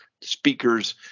speakers